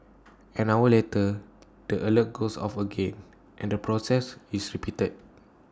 an hour later the alert goes off again and the process is repeated